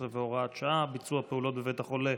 13 והוראת שעה) (ביצוע פעולות בבית החולה),